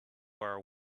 are